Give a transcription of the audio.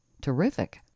Terrific